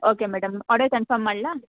okay madam order confirm ಮಾಡಲಾ